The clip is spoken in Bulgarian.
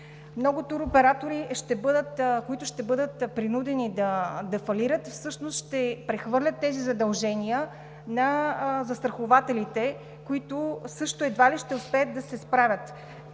Много туроператори, които ще бъдат принудени да фалират, всъщност ще прехвърлят тези задължения на застрахователите, които също едва ли ще успеят да се справят.